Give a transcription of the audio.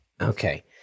okay